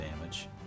damage